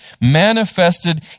manifested